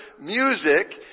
music